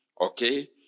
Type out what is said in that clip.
okay